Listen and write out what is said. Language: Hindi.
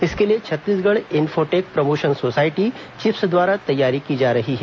इसके लिए Chhattisgarh Infotech promotion society CHiPS द्वारा तैयारी की जा रही है